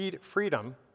freedom